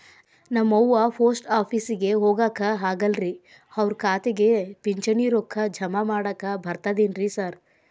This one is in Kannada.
ನಮ್ ಅವ್ವ ಪೋಸ್ಟ್ ಆಫೇಸಿಗೆ ಹೋಗಾಕ ಆಗಲ್ರಿ ಅವ್ರ್ ಖಾತೆಗೆ ಪಿಂಚಣಿ ರೊಕ್ಕ ಜಮಾ ಮಾಡಾಕ ಬರ್ತಾದೇನ್ರಿ ಸಾರ್?